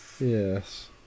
Yes